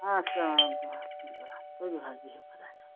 السلام علیکُم وعلیکُم السَلام تُلِو حظ بِہِو خۄدایَس حوال